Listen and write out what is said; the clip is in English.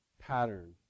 pattern